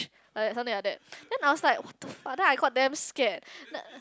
like something like that then I was like what the fuck that I called damn scared